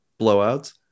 blowouts